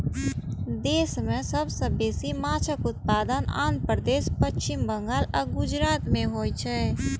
देश मे सबसं बेसी माछक उत्पादन आंध्र प्रदेश, पश्चिम बंगाल आ गुजरात मे होइ छै